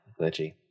glitchy